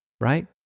right